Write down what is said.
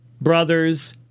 brothers